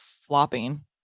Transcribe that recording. flopping